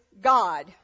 God